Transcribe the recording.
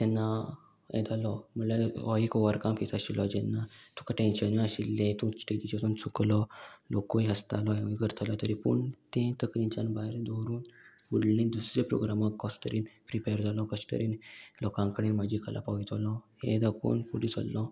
तेन्ना येतालो म्हणल्यार हो एक ओवरकाम फेस आशिल्लो जेन्ना तुका टेंशनूय आशिल्ले तूं स्टेजीचे वचून चुकलो लोकूय आसतालो हे करतालो तरी पूण ती तकलीच्यान भायर दवरून फुडले दुसऱ्या प्रोग्रामाक कसो तरेन प्रिपेर जालो कशे तरेन लोकां कडेन म्हजी कला पावयतलो हें दाखोवन फुडें सरलो